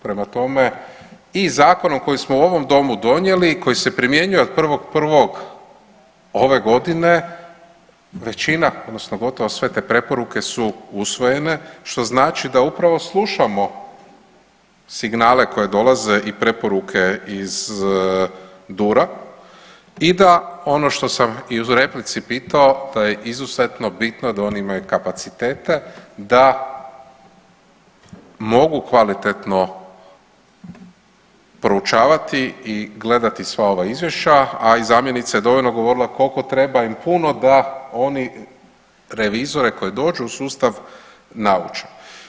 Prema tome i zakon koji smo u ovom domu donijeli koji se primjenjuje od 1.1. ove godine većina odnosno gotovo sve te preporuke su usvojene što znači da upravo slušamo signale koji dolaze i preporuke iz DUR-a i da ono što sam i u replici pitao da je izuzetno bitno da oni imaju kapacitete da mogu kvalitetno proučavati i gledati sva ova izvješća, a i zamjenica je dovoljno govorila koliko treba im puno da oni revizore koji dođu u sustav nauče.